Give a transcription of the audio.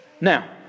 Now